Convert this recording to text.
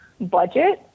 budget